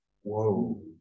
whoa